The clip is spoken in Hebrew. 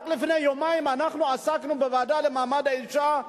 רק לפני יומיים אנחנו עסקנו בוועדה למעמד האשה,